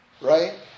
right